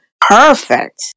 perfect